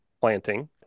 planting